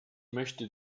möchte